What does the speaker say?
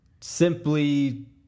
simply